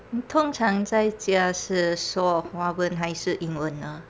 通常在家是说华文还是英文呢